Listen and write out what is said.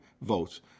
votes